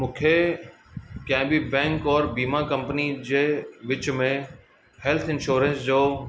मूंखे कंहिं बि बैंक और बीमा कंपनी जे विच में हेल्थ इंश्योरेंस जो